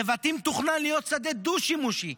נבטים תוכנן להיות שדה דו-שימושי,